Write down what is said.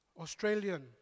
Australian